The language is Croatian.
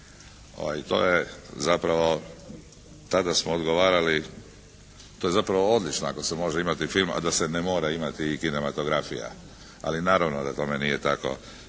To je zapravo, tada smo odgovarali, to ja zapravo odlično ako se može imati film, a da se ne mora imati i kinematografija. Ali naravno da tome nije tako.